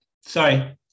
Sorry